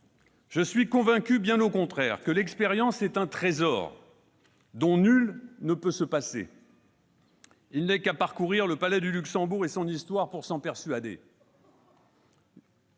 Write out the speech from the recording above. Je suis convaincu, bien au contraire, que l'expérience est un trésor dont nul ne peut se passer. Il n'est qu'à parcourir le Palais du Luxembourg et son histoire pour s'en persuader.